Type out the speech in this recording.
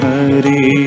Hari